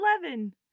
eleven